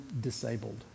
disabled